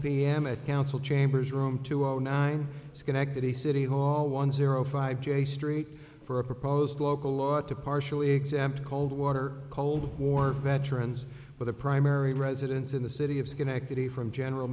m at council chambers room to all nine connected a city hall one zero five j street for a proposed local law to partially exempt cold water cold war veterans for the primary residence in the city of schenectady from general